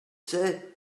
sais